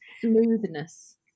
smoothness